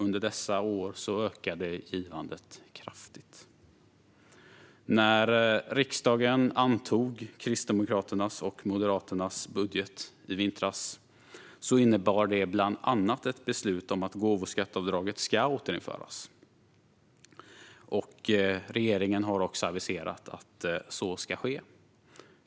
Under dessa år ökade givandet kraftigt. När riksdagen antog Kristdemokraternas och Moderaternas budget i vintras innebar det bland annat ett beslut om att gåvoskatteavdraget ska återinföras. Regeringen har också aviserat att så ska ske.